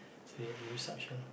so we had to use suction